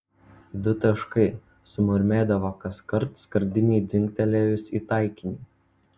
du taškai sumurmėdavo kaskart skardinei dzingtelėjus į taikinį